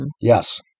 Yes